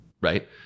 right